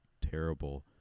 terrible